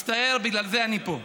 מצטער, בגלל זה אני פה.